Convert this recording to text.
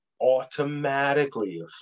automatically